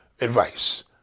advice